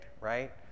right